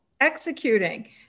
executing